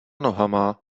nohama